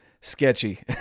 sketchy